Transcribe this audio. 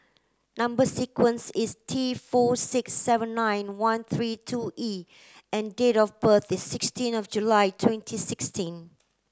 number sequence is T four six seven nine one three two E and date of birth is sixteen of July twenty sixteen